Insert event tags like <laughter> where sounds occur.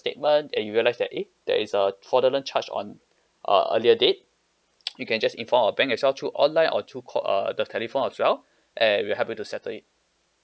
statement and you realised that eh there is a fraudulent charge on uh earlier date <noise> you can just inform our bank as well through online or through call err the telephone as well and we'll help you to settle it